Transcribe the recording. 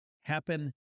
happen